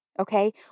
okay